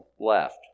left